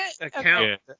account